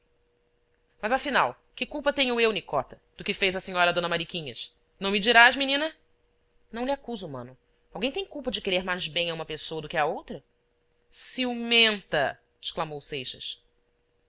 mas afinal que culpa tenho eu nicota do que fez a senhora d mariquinhas não me dirás menina não lhe acuso mano alguém tem culpa de querer mais bem a uma pessoa do que a outra ciumenta exclamou seixas